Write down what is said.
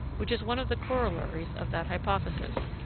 which is one of the corollaries of that hypothesis.